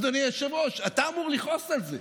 אדוני היושב-ראש, אתה אמור לכעוס על זה.